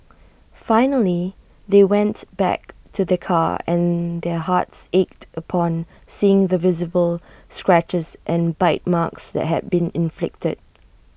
finally they went back to their car and their hearts ached upon seeing the visible scratches and bite marks that had been inflicted